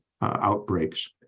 outbreaks